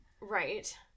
right